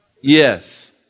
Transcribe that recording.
Yes